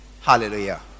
Hallelujah